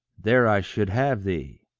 there i should have thee!